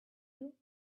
you